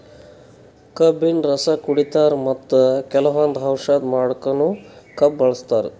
ಕಬ್ಬಿನ್ ರಸ ಕುಡಿತಾರ್ ಮತ್ತ್ ಕೆಲವಂದ್ ಔಷಧಿ ಮಾಡಕ್ಕನು ಕಬ್ಬ್ ಬಳಸ್ತಾರ್